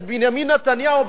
את בנימין נתניהו,